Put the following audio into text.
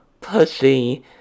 Pussy